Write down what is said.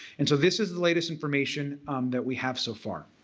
and so this is the latest information that we have so far.